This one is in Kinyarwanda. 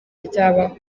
ryabaho